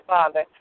Father